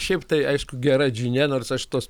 šiaip tai aišku gera žinia nors aš tos